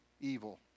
evil